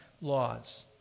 laws